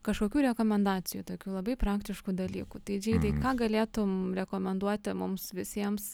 kažkokių rekomendacijų tokių labai praktiškų dalykų tai džeidai ką galėtum rekomenduoti mums visiems